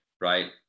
right